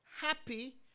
Happy